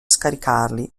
scaricarli